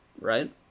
Right